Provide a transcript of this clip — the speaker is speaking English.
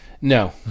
no